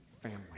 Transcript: family